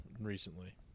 recently